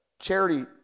Charity